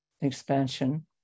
expansion